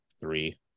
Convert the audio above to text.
three